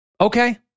Okay